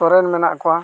ᱥᱚᱨᱮᱱ ᱢᱮᱱᱟᱜ ᱠᱚᱣᱟ